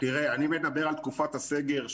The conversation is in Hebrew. אני מדבר על תקופת הסגר,